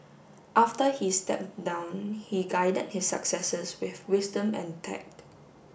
after he stepped down he guided his successors with wisdom and tact